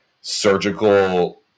surgical